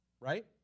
Right